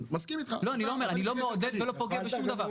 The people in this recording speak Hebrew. --- אני לא מעודד ולא פוגע בשום דבר.